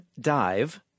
dive